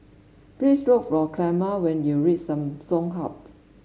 please look for Clemma when you reach Samsung Hub